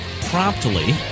promptly